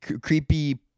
creepy